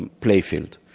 and playfield.